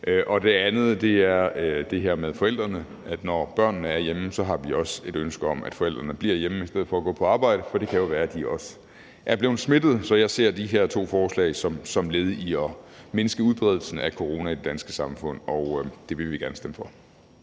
For det andet er der det her med forældrene, for når børnene er hjemme, har vi også et ønske om, at forældrene bliver hjemme i stedet for at gå på arbejde, for det kan jo være, at de også er blevet smittet. Så jeg ser de her to forslag som led i at mindske udbredelsen af corona i det danske samfund, og det vil vi gerne stemme for.